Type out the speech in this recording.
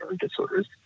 disorders